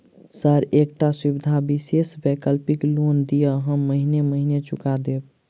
Sir एकटा सुविधा विशेष वैकल्पिक लोन दिऽ हम महीने महीने चुका देब?